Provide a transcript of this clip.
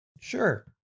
Sure